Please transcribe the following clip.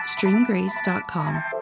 StreamGrace.com